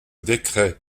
décret